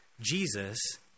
Jesus